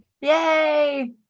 Yay